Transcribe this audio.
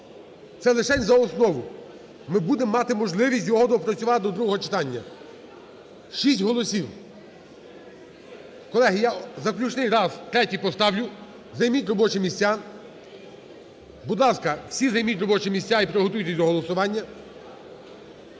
Це лишень за основу, ми будемо мати можливість його доопрацювати до другого читання. Шість голосів. Колеги, я заключний раз, третій, поставлю, займіть робочі місця. Будь ласка, всі займіть робочі місця і приготуйтесь до голосування.